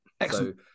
Excellent